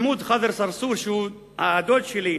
מחמד ח'דר צרצור, שהוא הדוד שלי,